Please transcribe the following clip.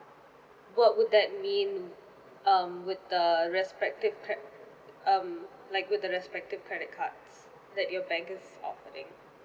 what would that mean um with the respective cred~ um like with the respective credit cards that your bank is offering